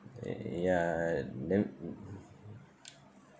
ya then